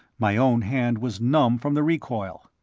my own hand was numb from the recoil.